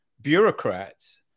bureaucrats